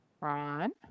Ron